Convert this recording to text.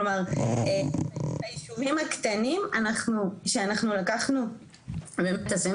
כלומר ביישובים הקטנים שאנחנו לקחנו ובאמת עשינו